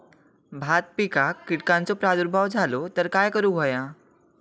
भात पिकांक कीटकांचो प्रादुर्भाव झालो तर काय करूक होया?